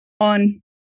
on